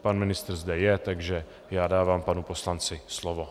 Pan ministr zde je, takže dávám panu poslanci slovo.